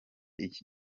iki